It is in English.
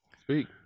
Speak